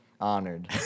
honored